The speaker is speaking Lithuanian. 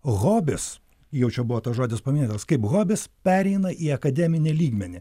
hobis jau čia buvo tas žodis paminėtas kaip hobis pereina į akademinį lygmenį